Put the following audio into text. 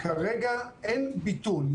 כרגע אין ביטול,